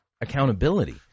accountability